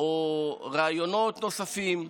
או רעיונות נוספים,